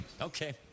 Okay